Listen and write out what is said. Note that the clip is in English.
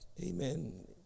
amen